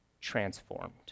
transformed